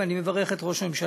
ואני מברך את ראש הממשלה,